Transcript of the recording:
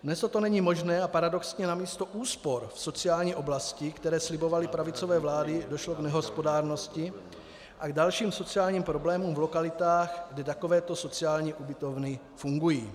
Dnes toto není možné a paradoxně namísto úspor v sociální oblasti, které slibovaly pravicové vlády, došlo k nehospodárnosti a k dalším sociálním problémům v lokalitách, kde takovéto sociální ubytovny fungují.